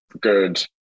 good